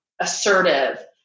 assertive